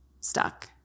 stuck